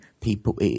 people